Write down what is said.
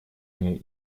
мне